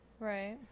Right